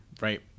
right